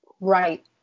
Right